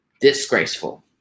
disgraceful